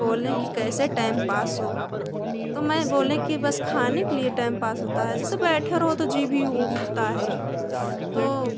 बोलें कि कैसे टैम पास हो तो मैं बोलें कि बस खाने के लिए टैम पास होता है जैसे बैठे रहो तो जी भी ऊबता है तो